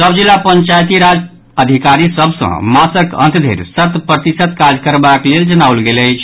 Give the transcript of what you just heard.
सभ जिला पंचायती राज अधिकारी सभ सॅ मासक अंत धरि शत प्रतिशत काज करबाक लेल जनाओल गेल अछि